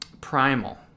primal